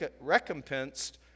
recompensed